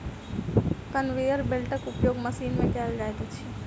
conveyor बेल्टक उपयोग machine मे कयल जाइत अछि